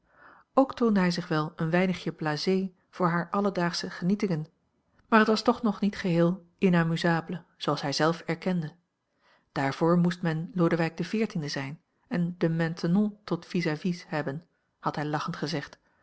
ook toonde hij zich wel een weinigje blasé voor hare alledaagsche genietingen maar was toch nog niet geheel inamusable zooals hij zelf erkende daarvoor moest men lodewijk xiv zijn en de maintenon tot vis-à-vis hebben had hij lachend gezegd